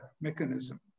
mechanism